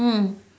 mm